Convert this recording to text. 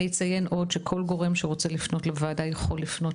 אני גם אציין שכל אחד שרוצה לפנות לוועדה יכול לפנות